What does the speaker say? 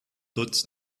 lutz